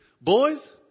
Boys